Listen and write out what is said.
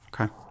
Okay